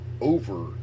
over